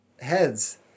Heads